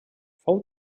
fou